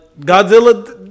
Godzilla